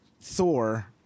Thor